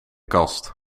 kast